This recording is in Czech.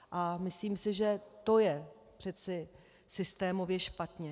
A myslím si, že to je přeci systémově špatně.